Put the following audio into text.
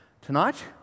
tonight